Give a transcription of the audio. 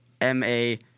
M-A